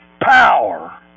POWER